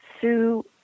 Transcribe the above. Sue